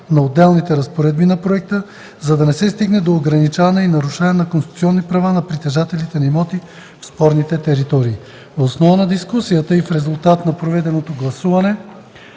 на отделните разпоредби на проекта, за да не се стигне до ограничаване и нарушаване на конституционни права на притежателите на имоти в спорните територии. Въз основа на дискусията и в резултат на проведеното гласуване